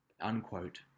unquote